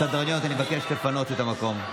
אני מבקש לפנות את המקום.